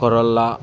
Corolla